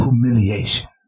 humiliation